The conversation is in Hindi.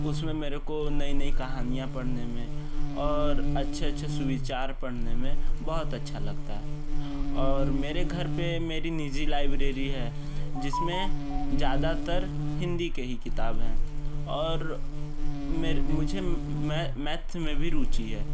उसमें मेरे को नई नई कहानियाँ पढ़ने में और अच्छे अच्छे सुविचार पढ़ने में बहुत अच्छा लगता है और मेरे घर पे मेरी निजी लाइब्रेरी है जिसमें ज़्यादातर हिंदी के ही किताब हैं और मेर मुझे मै मैथ में भी रुचि है